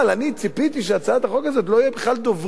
אני ציפיתי שלהצעת החוק הזאת לא יהיו בכלל דוברים,